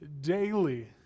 daily